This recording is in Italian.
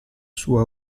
sua